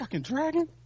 dragon